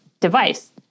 device